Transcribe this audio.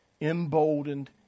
emboldened